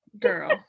girl